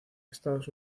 estados